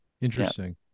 Interesting